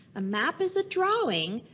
a map is a drawing,